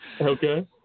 Okay